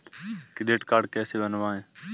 Credit card कैसे बनवाएँ?